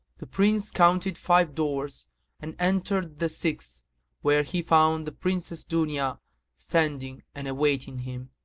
the prince counted five doors and entered the sixth where he found the princess dunya standing and awaiting him.